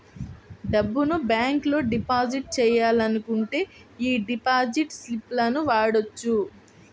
డబ్బును బ్యేంకులో డిపాజిట్ చెయ్యాలనుకుంటే యీ డిపాజిట్ స్లిపులను వాడొచ్చు